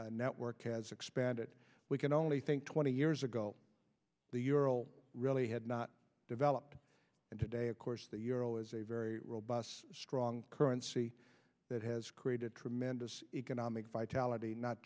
european network has expanded we can only think twenty years ago the ural really had not developed and today of course the euro is a very robust strong currency that has created tremendous economic vitality not